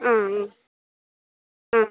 ആ മ് ആ